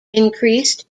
increased